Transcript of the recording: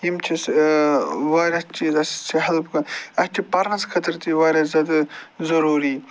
یِم چھِس واریاہ چیٖز اَسہِ ہٮ۪لٕپ کہ اَسہِ چھِ پَرنَس خٲطرٕ تہِ واریاہ زیادٕ ضُروٗری